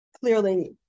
clearly